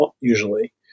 usually